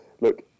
look